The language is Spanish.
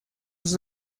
sus